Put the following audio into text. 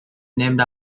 named